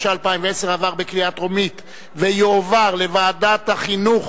התשע"א 2010, לדיון מוקדם בוועדת החינוך,